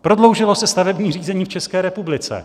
Prodloužilo se stavební řízení v České republice!